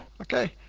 okay